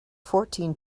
fourteen